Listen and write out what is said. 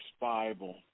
Bible